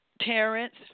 Terrence